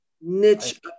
niche